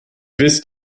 wisst